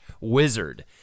wizard